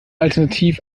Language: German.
alternativ